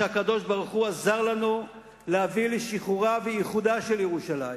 שהקדוש-ברוך-הוא עזר לנו להביא לשחרורה ולאיחודה של ירושלים,